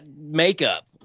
makeup